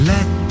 Let